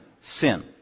Sin